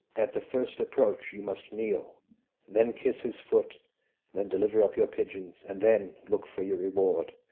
at the first approach you must kneel then kiss his foot then deliver up your pigeons and then look for your reward.